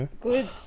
Good